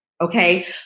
okay